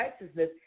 righteousness